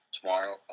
tomorrow